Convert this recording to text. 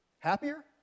happier